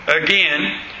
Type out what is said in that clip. Again